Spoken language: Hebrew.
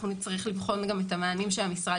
אנחנו נצטרך לבחון גם את המענים שהמשרד